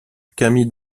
camille